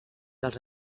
dels